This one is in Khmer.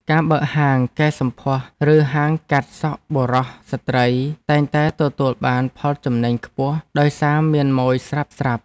ការបើកហាងកែសម្ផស្សឬហាងកាត់សក់បុរសស្ត្រីតែងតែទទួលបានផលចំណេញខ្ពស់ដោយសារមានម៉ូយស្រាប់ៗ។